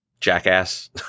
jackass